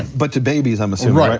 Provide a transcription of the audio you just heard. but to baby's i'm assuming. right, right,